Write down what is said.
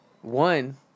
One